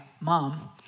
mom